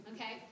okay